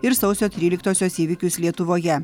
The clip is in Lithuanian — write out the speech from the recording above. ir sausio tryliktosios įvykius lietuvoje